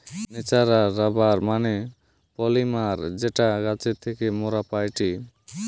natural rubber মানে polymer যেটা গাছের থেকে মোরা পাইটি